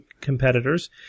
competitors